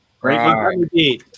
Great